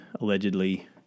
allegedly